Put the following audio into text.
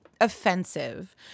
offensive